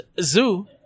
Zoo